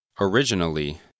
originally